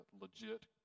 legit